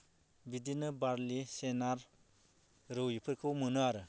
बिदिनो बारलि सेनार रौ बेफोरखौ मोनो आरो